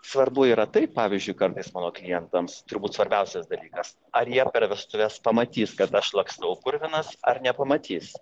svarbu yra tai pavyzdžiui kartais mano klientams turbūt svarbiausias dalykas ar jie per vestuves pamatys kad aš lakstau purvinas ar nepamatys